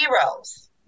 heroes